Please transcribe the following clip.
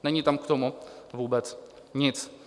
Není tam k tomu vůbec nic.